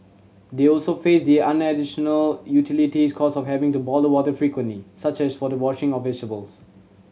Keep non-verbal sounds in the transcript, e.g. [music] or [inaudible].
they also faced the [unintelligible] utilities cost of having to boil water frequently such as for the washing of vegetables